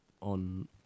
on